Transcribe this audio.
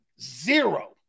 zero